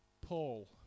Paul